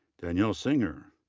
danielle singer,